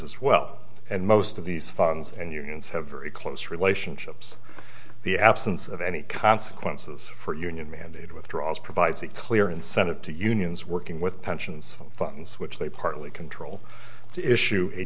as well and most of these funds and unions have very close relationships the absence of any consequences for union mandated withdrawals provides a clear incentive to unions working with pensions funds which they partly control to issue a